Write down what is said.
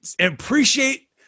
appreciate